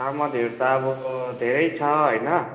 चामलहरू त अब धेरै छ होइन